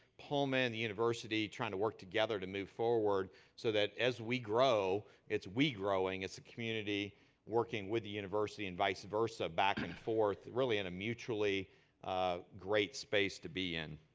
pullman, university, trying to work together to move forward so that as we grow, it's we growing, a community working with the university and vice versa, back and forth, really in a mutually great space to be in.